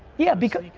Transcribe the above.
yeah, because,